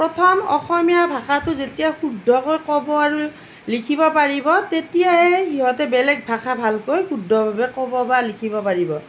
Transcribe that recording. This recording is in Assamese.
প্ৰথম অসমীয়া ভাষাটো যেতিয়া শুদ্ধকৈ ক'ব আৰু লিখিব পাৰিব তেতিয়াহে সিহঁতে বেলেগ ভাষা ভালকৈ শুদ্ধভাৱে ক'ব বা লিখিব পাৰিব